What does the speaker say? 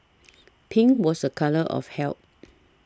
pink was a colour of health